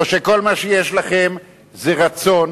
או שכל מה שיש לכם זה רצון,